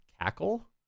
cackle